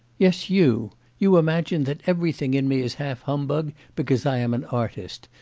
yes you you imagine that everything in me is half-humbug because i am an artist,